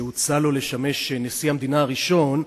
שהוצע לו לשמש נשיא המדינה הראשון.